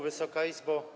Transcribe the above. Wysoka Izbo!